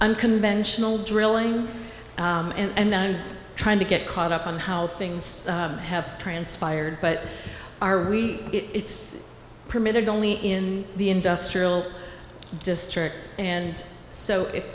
nconventional drilling and i'm trying to get caught up on how things have transpired but are we it's permitted only in the industrial district and so i